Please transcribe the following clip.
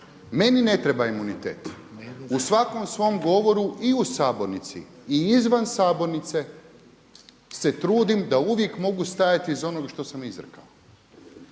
Meni ne treba imunitet. u svakom svom govoru i u sabornici i izvan sabornice se trudim da uvijek mogu stajati iza onoga što sam izrekao